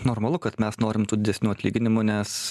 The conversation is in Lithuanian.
normalu kad mes norim tų didesnių atlyginimų nes